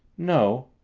no,